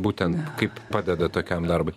būtent kaip padeda tokiam darbui